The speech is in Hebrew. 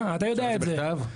אתה יודע את זה.